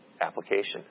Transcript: application